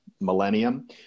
millennium